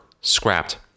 scrapped